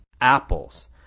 apples